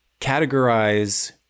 categorize